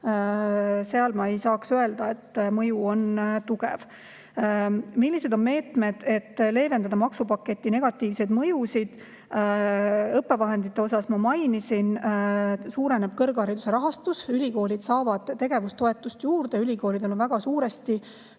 puhul ma ei saa öelda, et mõju on tugev. Millised on meetmed, et leevendada maksupaketi negatiivseid mõjusid? Õppevahendeid ma mainisin, suureneb ka kõrghariduse rahastus, ülikoolid saavad tegevustoetust juurde. Ülikoolidel on väga suuresti